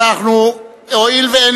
הואיל ואין